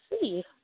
see